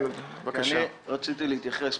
אני רוצה להתייחס.